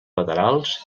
laterals